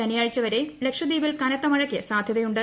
ശനിയാഴ്ച വരെ ലക്ഷദ്വീപിൽ കനത്ത മഴയ്ക്ക് സാധ്യതയുണ്ട്